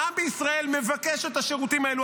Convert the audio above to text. העם בישראל מבקש את השירותים האלו.